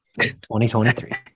2023